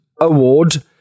award